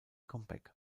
comeback